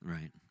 Right